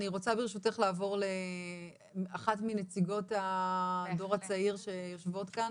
אני רוצה ברשותך לעבור לאחת מנציגות הדור הצעיר שיושבות כאן.